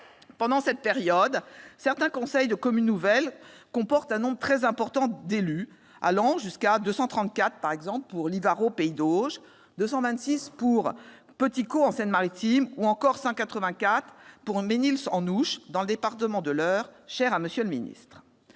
Pendant cette période, certains conseils de communes nouvelles comportent un nombre très important d'élus, jusqu'à 234 pour Livarot-Pays d'Auge, 226 pour Petit-Caux en Seine-Maritime ou encore 184 pour Mesnil-en-Ouche dans le département de l'Eure, cher à M. le ministre.